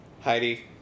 Heidi